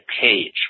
page